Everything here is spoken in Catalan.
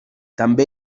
també